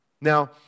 Now